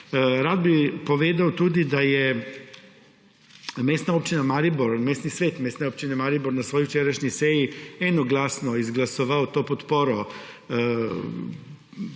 Rad bi povedal tudi, da je Mestna občina Maribor, mestni svet Mestne občine Maribor na svoji včerajšnji seji enoglasno izglasoval to podporo